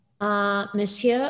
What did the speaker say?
Monsieur